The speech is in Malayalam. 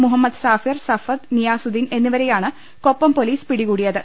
മുഹമ്മദ് സാഫിർ സഫദ് നിയാസുദ്ദീൻ എന്നിവരെയാണ് കൊപ്പം പൊലീസ് പിടികൂടിയത്